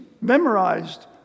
memorized